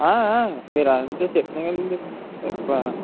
మీరు అలాంటివి చెప్పినాగాని అండి తప్ప